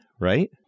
right